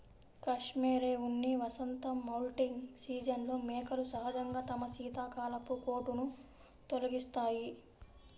cashmere ఉన్ని వసంత moulting సీజన్లో మేకలు సహజంగా తమ శీతాకాలపు కోటును తొలగిస్తాయి